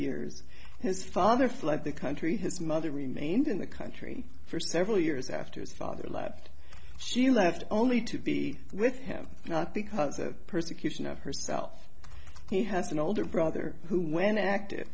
years his father fled the country his mother remained in the country for several years after his father lived she left only to be with him not because of persecution of herself he has an older brother who when active